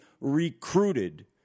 recruited